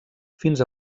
fins